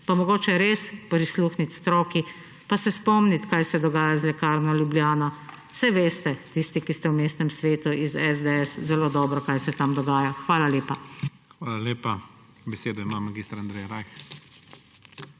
pa mogoče res prisluhniti stroki pa se spomniti, kaj se dogaja z Lekarno Ljubljana. Saj veste, tisti, ki ste v mestnem svetu iz SDS, zelo dobro, kaj se tam dogaja. Hvala lepa. PREDSEDNIK IZGOR ZORČIČ: Hvala lepa. Besedo ima mag. Andrej Rajh.